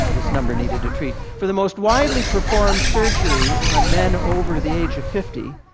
this number needed to treat. for the most widely performed surgery on men over the age of fifty,